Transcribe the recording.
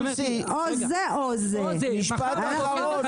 זה או זה או זה משפט אחרון,